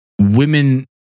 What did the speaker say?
Women